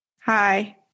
Hi